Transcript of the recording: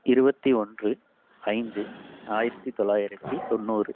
இருபத்தி ஒன்று ஐந்து ஆயிரத்தி தொள்ளாயிரத்தி தொண்ணூறு